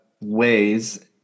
ways